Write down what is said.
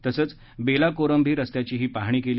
तसंच बेला कोरंभी रस्त्याचीही पाहणी केली